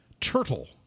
Turtle